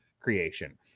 creation